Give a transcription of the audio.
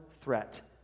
threat